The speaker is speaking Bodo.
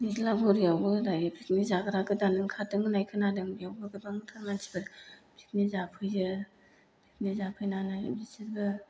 निज्लागुरियावबो दायो पिकनिक जाग्रा गोदान ओंखारदों होननाय खोनादों बेयावबो गोबांथार मानसिफोर पिकनिक जाफैयो पिकनिक जाफैनानै बिसोरबो